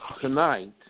Tonight